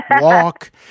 walk